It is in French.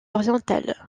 orientale